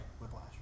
Whiplash